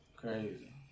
Crazy